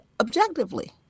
objectively